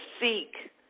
seek